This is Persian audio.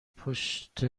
پشت